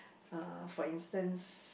uh for instance